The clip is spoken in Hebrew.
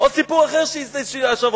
או סיפור אחר שהיה השבוע,